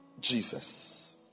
Jesus